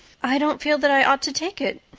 i don't feel that i ought to take it,